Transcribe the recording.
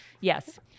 yes